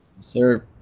sir